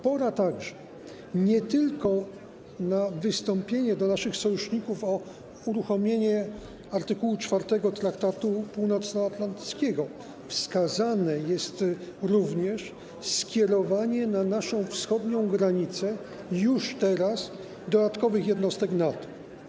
Pora nie tylko na wystąpienie do naszych sojuszników o uruchomienie art. 4 Traktatu Północnoatlantyckiego, ale wskazane jest również skierowanie na naszą wschodnią granicę już teraz dodatkowych jednostek NATO.